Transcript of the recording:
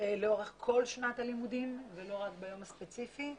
לאורך כל שנת הלימודים ולא רק ביום הספציפי.